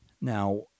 Now